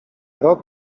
rok